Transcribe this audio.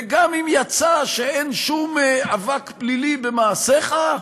וגם אם יצא שאין שום אבק פלילי במעשיך,